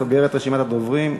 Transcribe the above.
סוגר את רשימת הדוברים,